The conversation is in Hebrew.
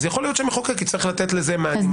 אולי המחוקק יצטרך לתת לזה מענה.